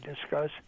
discuss